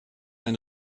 ein